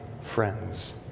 friends